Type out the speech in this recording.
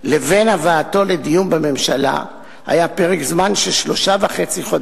לבין הבאתו לדיון בממשלה היה פרק זמן של שלושה חודשים וחצי.